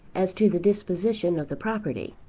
as to the disposition of the property.